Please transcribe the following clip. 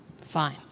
fine